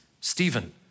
Stephen